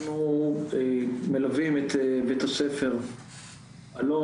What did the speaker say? אנחנו מלווים את בית הספר אלון,